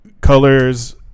colors